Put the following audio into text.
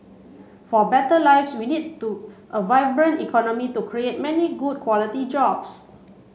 for better lives we need to a vibrant economy to create many good quality jobs